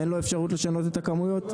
אין לו אפשרות לשנות כמויות,